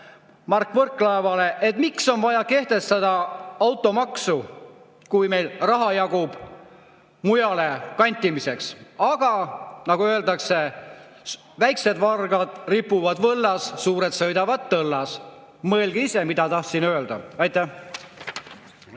Mart Võrklaevale, et miks on vaja kehtestada automaksu, kui meil raha jagub mujale kantimiseks. Aga nagu öeldakse, väiksed vargad ripuvad võllas, suured sõidavad tõllas. Mõelge ise, mida tahtsin öelda! Aitäh!